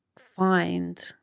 find